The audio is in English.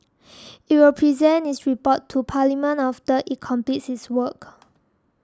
it will present its report to Parliament after it completes its work